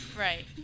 Right